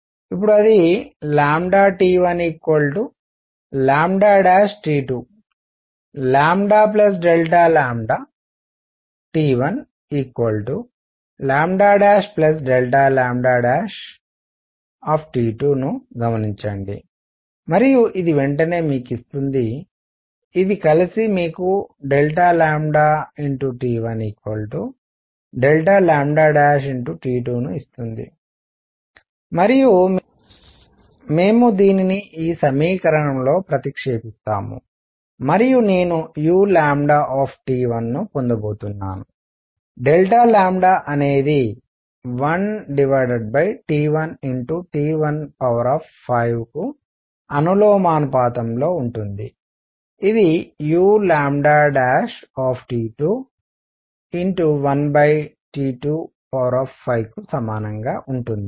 ఇప్పుడు అది T1T2 T1T2ను గమనించండి మరియు ఇది వెంటనే మీకు ఇస్తుంది ఇది కలిసి మీకు T1T2 ను ఇస్తుంది మరియు మేము దీనిని ఈ సమీకరణంలో ప్రతిక్షేపిస్తాము మరియు నేను u ను పొందబోతున్నాను అనేది 1T1T15 కు అనులోమానుపాతంలో ఉంటుంది ఇది u 1T25కు సమానంగా ఉంటుంది